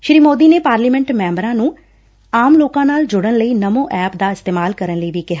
ਸ਼ੀ ਮੌਦੀ ਨੇ ਪਾਰਲੀਮੈਟ ਮੈਬਰਾਂ ਨੂੰ ਆਮ ਲੋਕਾਂ ਨਾਲ ਜੁਤਣ ਲਈ ਨਮੋ ਐਪ ਦਾ ਇਸਤੇਮਾਲ ਕਰਨ ਲਈ ਵੀ ਕਿਹਾ